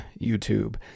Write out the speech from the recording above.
YouTube